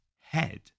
head